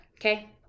Okay